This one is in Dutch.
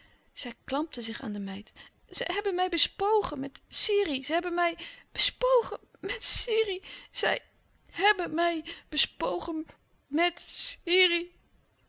zij klampte zich aan de meid zij hebben mij bespogen met sirih zij hebben mij bespogen met sirih zij hebben mij bespogen